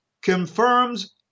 confirms